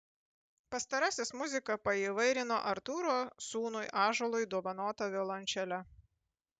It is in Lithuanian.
pastarasis muziką paįvairino artūro sūnui ąžuolui dovanota violončele